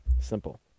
Simple